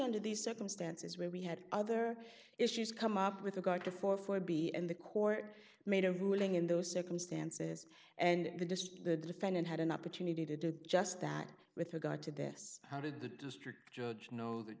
under these circumstances where we had other issues come up with regard to four four b and the court made a ruling in those circumstances and the district the defendant had an opportunity to do just that with regard to this how did the district judge know that